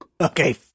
Okay